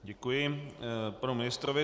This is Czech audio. Děkuji panu ministrovi.